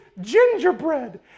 gingerbread